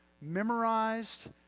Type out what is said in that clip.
memorized